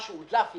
מה שהודלף למישהו,